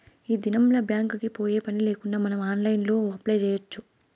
ఈ దినంల్ల బ్యాంక్ కి పోయే పనిలేకుండా మనం ఆన్లైన్లో అప్లై చేయచ్చు